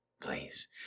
Please